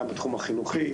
גם בתחום החינוך,